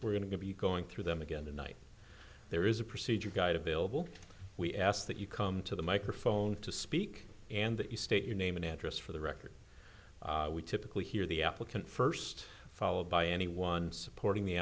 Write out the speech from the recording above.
we're going to be going through them again tonight there is a procedure guide available we ask that you come to the microphone to speak and that you state your name and address for the record we typically hear the applicant first followed by anyone supporting the